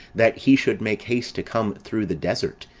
that he should make haste to come through the desert,